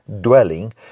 dwelling